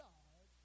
God